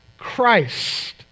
Christ